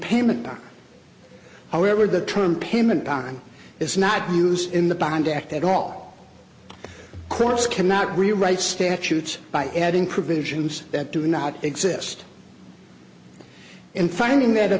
payment however the term payment on time is not used in the bond act at all course cannot rewrite statutes by adding provisions that do not exist in finding that a